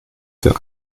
für